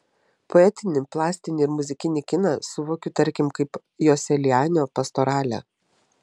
poetinį plastinį ir muzikinį kiną suvokiu tarkim kaip joselianio pastoralę